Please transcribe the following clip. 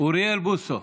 אוריאל בוסו,